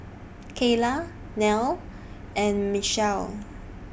Cayla Neil and Mechelle